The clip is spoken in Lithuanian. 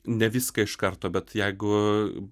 ne viską iš karto bet jeigu